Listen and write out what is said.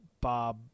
Bob